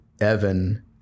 Evan